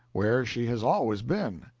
where she has always been,